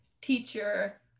teacher